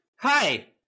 Hi